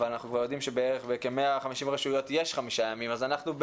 אבל אנחנו יודעים שבערך בכ-150 רשויות יש חמישה ימים אז אנחנו,